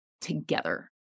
together